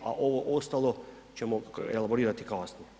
A ovo ostalo ćemo elaborirati kasnije.